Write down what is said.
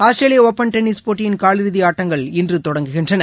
ஆஸ்திரேலிய open tennis போட்டியின் காலிறுதி ஆட்டங்கள் இன்று தொடங்குகின்றன